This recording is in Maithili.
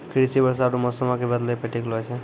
कृषि वर्षा आरु मौसमो के बदलै पे टिकलो छै